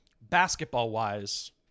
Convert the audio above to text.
basketball-wise